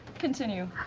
continue,